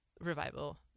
revival